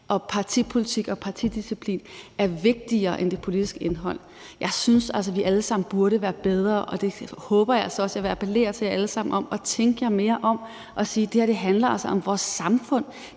at partipolitik og partidisciplin er vigtigere end det politiske indhold. Jeg synes altså, at vi alle sammen burde være bedre, og det håber jeg så også vi bliver. Jeg vil appellere til jer alle sammen om at tænke jer mere om og sige, at det her altså handler om vores samfund;